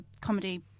comedy